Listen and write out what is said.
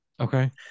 Okay